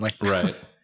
Right